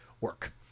work